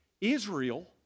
Israel